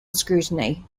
scrutiny